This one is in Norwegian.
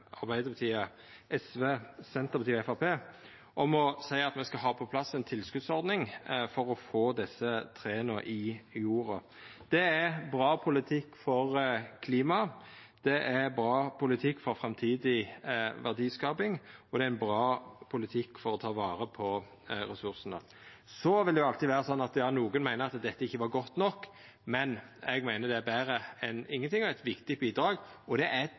på plass ei tilskotsordning for å få desse trea i jorda. Det er bra politikk for klimaet. Det er bra politikk for framtidig verdiskaping, og det er bra politikk for å ta vare på ressursane. Så vil det alltid vera slik at nokon meiner at dette ikkje er godt nok, men eg meiner det er betre enn ingenting, og det er eit viktig bidrag. Det er